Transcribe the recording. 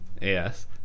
Yes